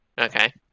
Okay